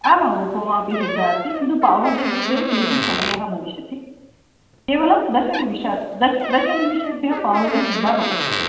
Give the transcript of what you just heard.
आमाम् उपमापि सिद्धा अस्ति किन्तु पावभाजी कृते किञ्चित् समयः भविष्यति केवलं दशनिमेषात् दश दशनिमिषेभ्यः पाव्बाजि सिद्धा भविष्यति